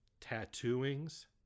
tattooings